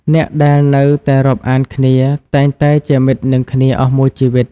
អ្នកដែលនៅតែរាប់អានគ្នា តែងតែជាមិត្តនឹងគ្នាអស់មួយជីវិត។